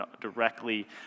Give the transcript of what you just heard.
directly